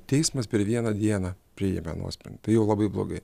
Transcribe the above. teismas per vieną dieną priėmė nuospren tai jau labai blogai